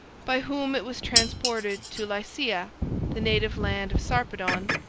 by whom it was transported to lycia, the native land of sarpedon,